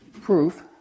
proof